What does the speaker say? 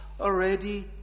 already